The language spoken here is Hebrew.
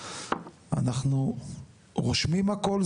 אנחנו רושמים הכול,